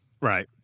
Right